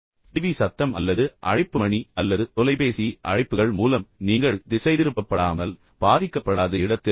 TV சத்தம் அல்லது அழைப்பு மணி அல்லது தொலைபேசி அழைப்புகள் மூலம் நீங்கள் திசைதிருப்பப்படாமல் பாதிக்கப்படாத இடத்தில் அமருங்கள்